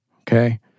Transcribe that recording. Okay